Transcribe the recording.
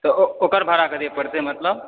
तऽ ओकर भाड़ा कते पड़तै मतलब